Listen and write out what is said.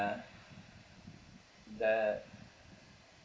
~e the